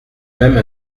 même